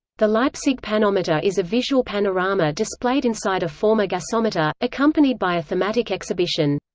the leipzig panometer is a visual panorama displayed inside a former gasometer, accompanied by a thematic exhibition.